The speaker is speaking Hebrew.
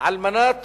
על מנת